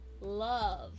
love